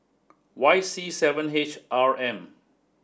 Y C seven H R M